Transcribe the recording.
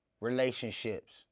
relationships